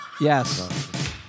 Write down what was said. Yes